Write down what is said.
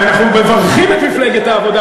אנחנו מברכים את מפלגת העבודה,